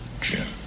Jim